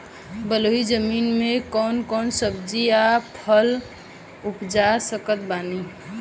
बलुई जमीन मे कौन कौन सब्जी या फल उपजा सकत बानी?